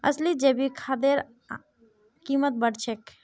असली जैविक खादेर कीमत बढ़ छेक